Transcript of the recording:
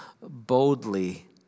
boldly